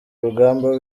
urugamba